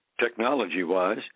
technology-wise